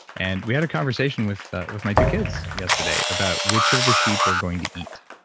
and we had a conversation with with my two kids yesterday about which of the sheep we're going to eat